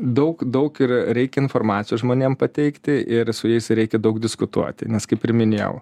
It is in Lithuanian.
daug daug ir reikia informacijos žmonėm pateikti ir su jais reikia daug diskutuoti nes kaip ir minėjau